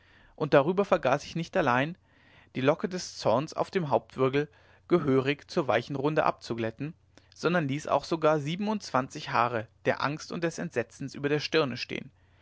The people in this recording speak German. und darüber vergaß ich nicht allein die locke des zorns auf dem hauptwirbel gehörig zur weichen runde abzuglätten sondern ließ auch sogar siebenundzwanzig haare der angst und des entsetzens über der stirne stehen